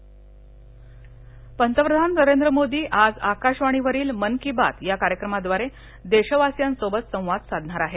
मन की बातः पंतप्रधान नरेंद्र मोदी आज आकाशवाणीवरील मन की बात या कार्यक्रमाद्वारे देशवासियांसोबत संवाद साधणार आहेत